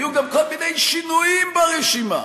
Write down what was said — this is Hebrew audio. היו גם כל מיני שינויים ברשימה,